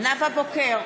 נאוה בוקר,